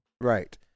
Right